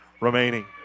remaining